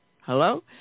hello